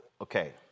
Okay